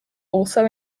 also